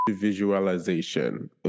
visualization